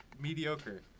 mediocre